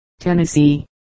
Tennessee